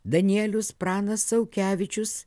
danielius pranas aukevičius